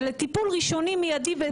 זה לטיפול ראשוני מיידי באנשים.